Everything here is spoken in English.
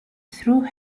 through